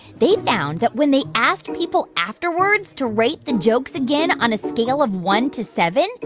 they found that when they asked people afterwards to rate the jokes again on a scale of one to seven,